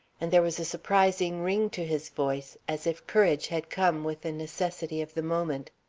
and there was a surprising ring to his voice, as if courage had come with the necessity of the moment.